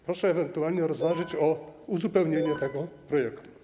Proszę ewentualnie rozważyć uzupełnienie tego projektu.